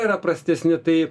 yra prastesni tai